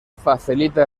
facilita